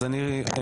אז אני מדגיש,